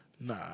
Nah